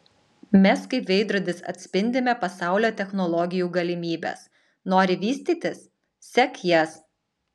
mes kaip veidrodis atspindime pasaulio technologijų galimybes nori vystytis sek jas